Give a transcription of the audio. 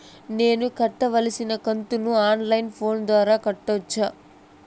నేను కట్టాల్సిన కంతును ఆన్ లైను ఫోను ద్వారా కట్టొచ్చా?